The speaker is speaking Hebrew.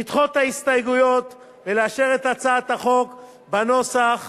לדחות את ההסתייגויות ולאשר את הצעת החוק בנוסח